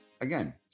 again